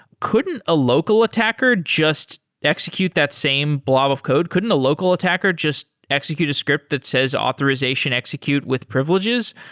couldn't a local attacker just execute that same blob of code? couldn't the local attacker just execute a script that says authorization execute with privileges?